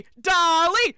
Dolly